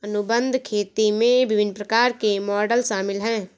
अनुबंध खेती में विभिन्न प्रकार के मॉडल शामिल हैं